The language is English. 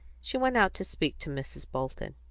she went out to speak to mrs. bolton.